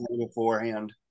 beforehand